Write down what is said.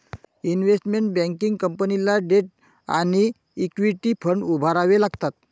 investment banking कंपनीला debt आणि equity fund उभारावे लागतात